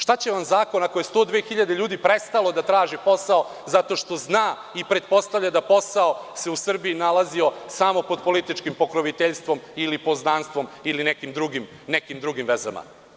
Šta će vam zakon ako je 102 hiljade ljudi prestalo da traži posao zato što zna i pretpostavlja da posao se u Srbiji nalazio samo pod političkim pokroviteljstvom ili poznanstvom ili nekim drugim vezama.